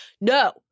No